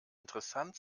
interessant